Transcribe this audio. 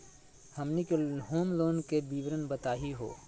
हमनी के home loan के विवरण बताही हो?